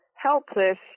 helpless